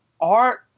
art